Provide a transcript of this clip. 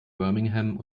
birmingham